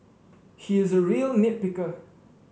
he is a real nit picker